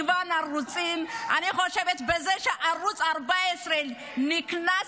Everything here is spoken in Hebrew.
החוצה, נאור.